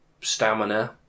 stamina